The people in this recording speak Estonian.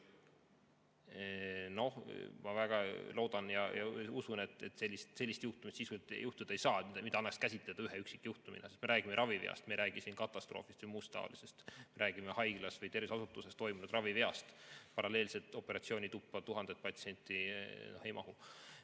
Ma väga loodan ja usun, et sellist juhtumit sisuliselt juhtuda ei saa, mida annaks käsitleda ühe üksikjuhtumina, sest me räägime raviveast, me ei räägi siin katastroofist või muust taolisest, me räägime haiglas või terviseasutuses toimunud raviveast. Paralleelselt operatsioonituppa tuhandet patsienti ei mahu.